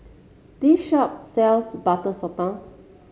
this shop sells Butter Sotong